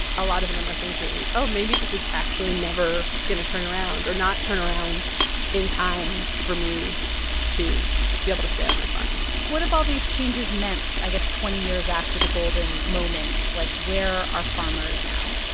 a lot of them are thinking, oh, maybe this is actually never going to turn around or not turn around in time for me to be able to stay on my farm what have all these changes meant, i guess, twenty years after the golden moments? like, where are farmers now?